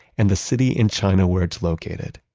and the city in china where it's located.